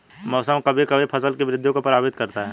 मौसम कभी कभी फसल की वृद्धि को प्रभावित करता है